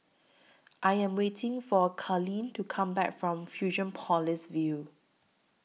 I Am waiting For Kalene to Come Back from Fusionopolis View